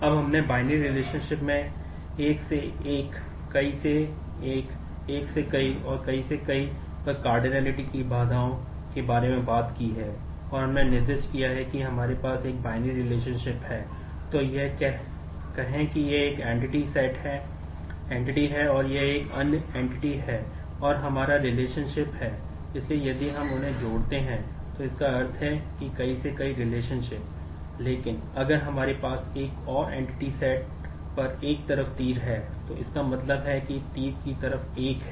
अब हमने binary relationship पर एक तरफ तीर है तो इसका मतलब है कि तीर की तरफ एक है